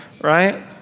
right